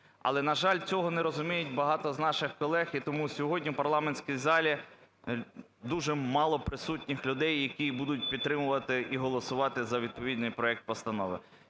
Але, на жаль, цього не розуміють багато з наших колег і тому сьогодні в парламентській залі дуже мало присутніх людей, які будуть підтримувати і голосувати за відповідний проект постанови.